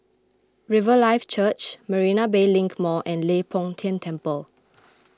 Riverlife Church Marina Bay Link Mall and Leng Poh Tian Temple